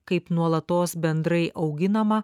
kaip nuolatos bendrai auginamą